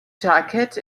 jacket